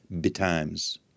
betimes